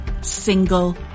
single